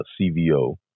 CVO